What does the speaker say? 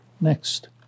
Next